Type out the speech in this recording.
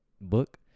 Book